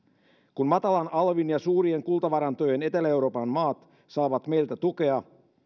kun matalan alvin ja suurien kultavarantojen etelä euroopan maat saavat meiltä tukea